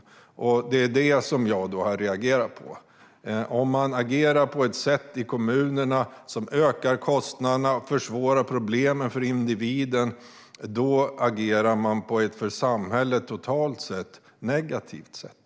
Det är detta som jag har reagerat på. Om man agerar på ett sätt i kommunerna som ökar kostnaderna och försvårar problemen för individen, då agerar man på ett för samhället totalt sett negativt sätt.